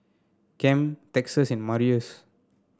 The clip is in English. Ken Texas and Marius